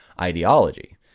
ideology